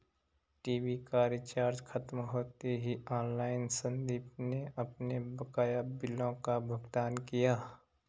TV का recharge खत्म होते ही ऑनलाइन संदीप ने अपने बकाया बिलों का भुगतान किया